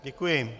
Děkuji.